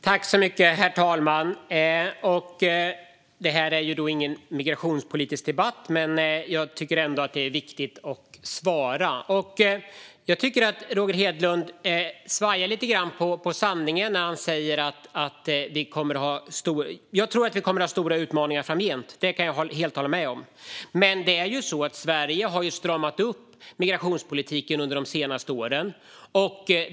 Herr talman! Det här är ingen migrationspolitisk debatt. Jag tycker ändå att det är viktigt att svara. Roger Hedlund svajar lite grann på sanningen. Jag tror att vi kommer att ha stora utmaningar framgent, det kan jag helt hålla med om. Men Sverige har stramat upp migrationspolitiken under de senaste åren.